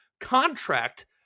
contract